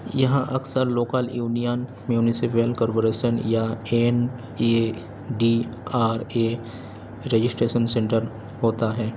یہاں اکثر local union municipal corporation یا N A D R A registration centre ہوتا ہے